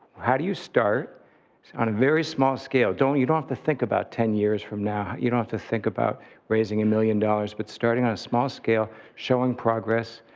how do you start on a very small scale? you don't have to think about ten years from now. you don't have to think about raising a million dollars. but starting on a small scale, showing progress,